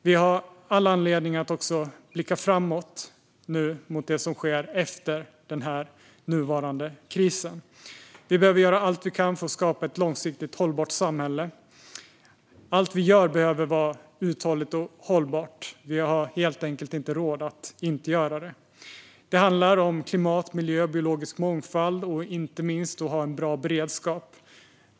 Vi har all anledning att nu också blicka framåt, mot det som sker efter den nuvarande krisen. Vi behöver göra allt vi kan för att skapa ett långsiktigt hållbart samhälle. Allt vi gör behöver vara uthålligt och hållbart. Vi har helt enkelt inte råd att inte göra det. Det handlar om klimat, miljö, biologisk mångfald och inte minst om att ha en bra beredskap.